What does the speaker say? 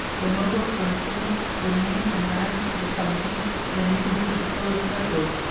the moguls were informed of the name and manners of the samoyedes in the neighborhood of the polar circle,